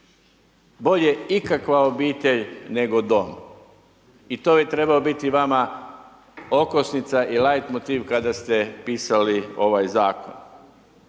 Bolje ikakva obitelj, nego dom, i to je trebao biti vama okosnica i light motiv kada ste pisali ovaj Zakon.